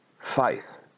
faith